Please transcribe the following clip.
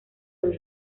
del